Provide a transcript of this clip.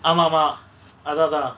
ஆமா ஆமா அதா அதா:aama aama atha atha